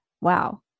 Wow